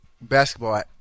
basketball